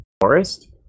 Forest